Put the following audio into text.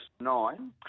nine